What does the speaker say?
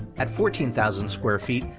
at fourteen thousand square feet,